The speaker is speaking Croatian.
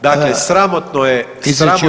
Dakle, sramotno je